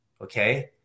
Okay